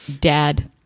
Dad